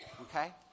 Okay